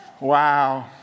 Wow